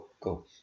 Go